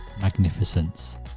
magnificence